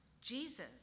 Jesus